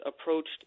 approached